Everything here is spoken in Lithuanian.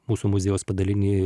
mūsų muziejaus padaliny